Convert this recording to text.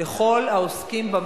בבקשה, בבקשה.